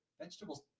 vegetables